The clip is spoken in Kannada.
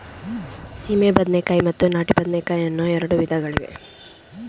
ಸೀಮೆ ಬದನೆಕಾಯಿ ಮತ್ತು ನಾಟಿ ಬದನೆಕಾಯಿ ಅನ್ನೂ ಎರಡು ವಿಧಗಳಿವೆ